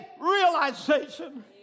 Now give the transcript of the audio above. realization